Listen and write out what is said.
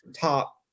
top